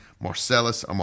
Marcellus